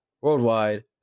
worldwide